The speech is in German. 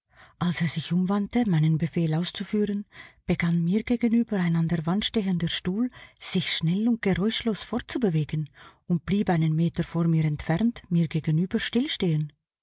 als er sich umwandte meinen befehl auszuführen begann mir gegenüber ein an der wand stehender stuhl sich schnell und geräuschlos fortzubewegen und blieb einen meter vor mir entfernt mir gegenüber